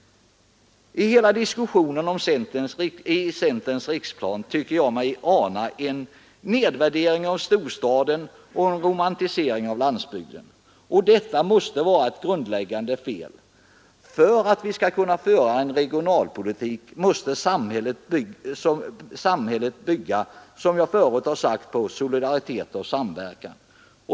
I centerns riksplan tycker jag mig hela tiden ana en nedvärdering av storstaden och en romantisering av landsbygden, och det måste vara ett grundläggande fel. För att vi skall kunna föra en regionalpolitik måste samhället bygga, som jag förut har sagt, på solidaritet och samverkan.